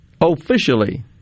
officially